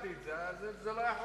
בדקתי את זה, וזה לא היה חוקי.